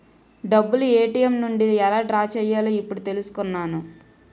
డబ్బులు ఏ.టి.ఎం నుండి ఎలా డ్రా చెయ్యాలో ఇప్పుడే తెలుసుకున్నాను